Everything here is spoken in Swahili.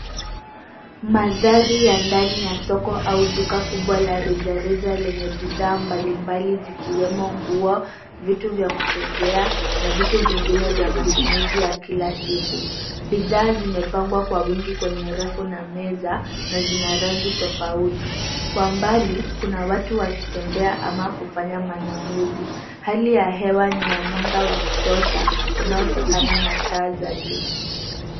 Mandhari ya ndani ya soko au duka kubwa la rejareja lenye bidhaa mbalimbali zikiwemo nguo, vitu vya kuchezea na vitu vingine vya matumizi ya kila siku. Bidhaa zimepangwa kwa wingi kwenye rafu na meza, na zina rangi tofauti. Kwa mbali, kuna watu wakitembea ama kufanya manunuzi. Hali ya hewa ni ya mwanga wa kutosha, unaotokana na taa za juu.